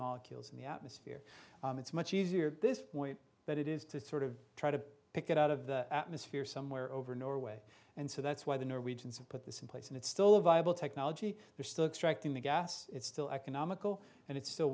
molecules in the atmosphere it's much easier this point that it is to sort of try to pick it out of the atmosphere somewhere over norway and so that's why the norwegians have put this in place and it's still a viable technology they're still extracting the gas it's still economical and it's still